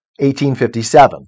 1857